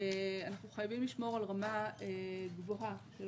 אנחנו חייבים לשמור על רמה גבוהה של